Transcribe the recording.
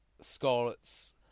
Scarlets